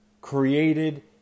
Created